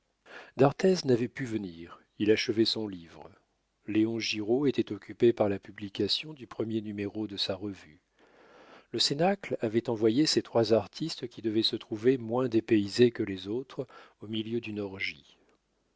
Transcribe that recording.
d'arthez n'avait pu venir il achevait son livre léon giraud était occupé par la publication du premier numéro de sa revue le cénacle avait envoyé ses trois artistes qui devaient se trouver moins dépaysés que les autres au milieu d'une orgie